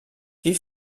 wie